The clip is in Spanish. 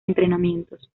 entrenamientos